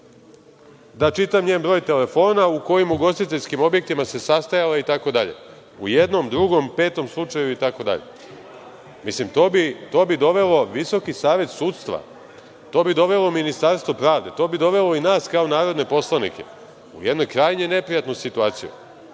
da čitam njen broj telefona u kojim ugostiteljskim objektima se sastajala itd, u jednom, drugom, petom slučaju, itd. To bi dovelo VSS, to bi dovelo Ministarstvo pravde, to bi dovelo i nas kao narodne poslanike u jednu krajnje neprijatnu situaciju